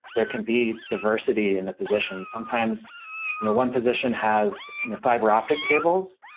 there can be diversity in the position. sometimes you know one position has fiber-optic cables.